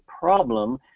problem